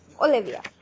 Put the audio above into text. Olivia